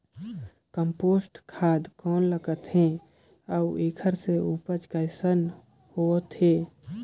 Compost खाद कौन ल कहिथे अउ एखर से उपजाऊ कैसन होत हे?